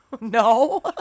No